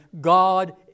God